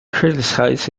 criticize